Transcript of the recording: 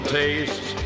taste